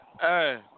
Hey